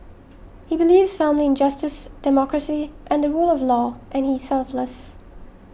he believes firmly in justice democracy and the rule of law and he is selfless